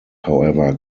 however